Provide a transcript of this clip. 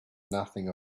nothing